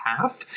half